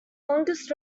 longest